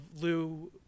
Lou